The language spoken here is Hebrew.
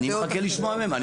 אני מחכה לשמוע מהם.